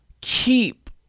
keep